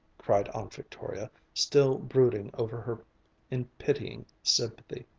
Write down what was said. cried aunt victoria, still brooding over her in pitying sympathy.